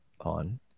On